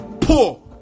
poor